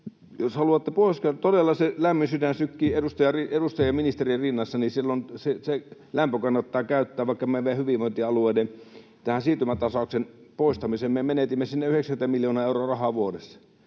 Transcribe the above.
on siinä. Ja jos todella se lämmin sydän sykkii edustajien ja ministerien rinnassa, niin silloin se lämpö kannattaa käyttää vaikka meidän hyvinvointialueiden siirtymätasauksen poistamiseen. Me menetimme sinne 90 miljoonaa euroa rahaa vuodessa.